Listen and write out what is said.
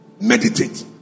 Meditate